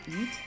eat